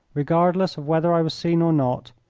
regardless of whether i was seen or not,